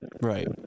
right